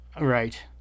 Right